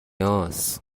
هاست